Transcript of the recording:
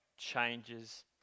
changes